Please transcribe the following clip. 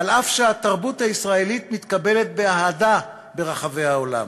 אף שהתרבות הישראלית מתקבלת באהדה ברחבי העולם,